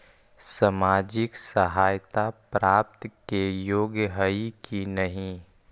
सामाजिक सहायता प्राप्त के योग्य हई कि नहीं?